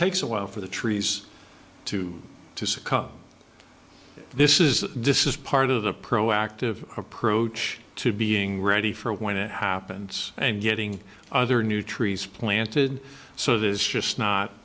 takes a while for the trees to succumb this is this is part of the proactive approach to being ready for it when it happens and getting other new trees planted so that is just not